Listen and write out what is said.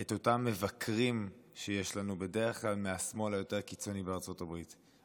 את אותם מבקרים שיש לנו בדרך כלל מהשמאל היותר-קיצוני בארצות הברית,